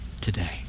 today